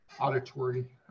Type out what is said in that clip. auditory